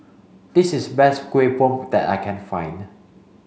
this is best Kueh Bom that I can find